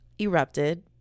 erupted